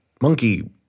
Monkey